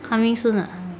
coming soon ah